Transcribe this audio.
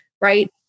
right